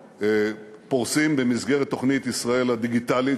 פורסים במסגרת תוכנית "ישראל דיגיטלית",